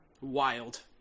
Wild